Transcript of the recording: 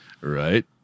Right